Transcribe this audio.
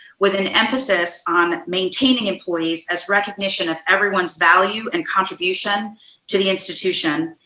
with an emphasis on maintaining employees as recognition of everyone's value and contribution to the institution,